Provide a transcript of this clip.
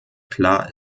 klar